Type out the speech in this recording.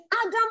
Adam